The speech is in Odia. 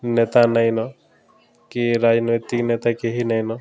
ନେତା ନାଇଁନ କି ରାଜନୈତିକ ନେତା କେହି ନାଇଁନ